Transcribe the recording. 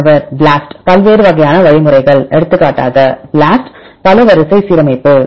மாணவர் BLAST பல்வேறு வகையான வழிமுறைகள் எடுத்துக்காட்டாக BLAST பல வரிசை சீரமைப்பு